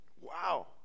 wow